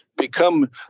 become